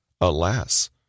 Alas